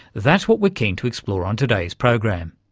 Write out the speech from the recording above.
that's what we're keen to explore on today's program.